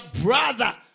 brother